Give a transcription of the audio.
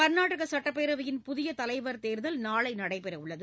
க்நாடக சுட்டப்பேரவையின் புதிய தலைவா் தேர்தல் நாளை நடைபெற உள்ளது